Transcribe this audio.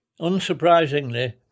Unsurprisingly